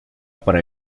para